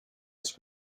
ice